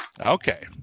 Okay